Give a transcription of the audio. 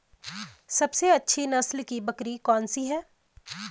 सबसे अच्छी नस्ल की बकरी कौन सी है?